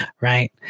right